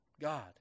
God